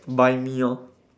buy me lor